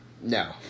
No